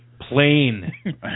Plain